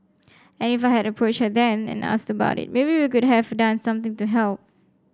and if I had approached her then and asked about it maybe we could have done something to help